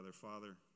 Father